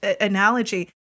analogy